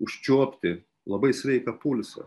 užčiuopti labai sveiką pulsą